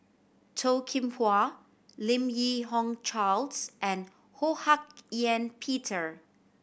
Toh Kim Hwa Lim Yi Hong Charles and Ho Hak Ean Peter